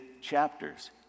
chapters